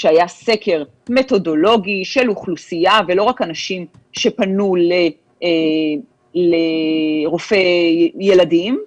שהיה סקר מתודולוגי של אוכלוסייה לא רק אנשים שפנו לרופא ילדים,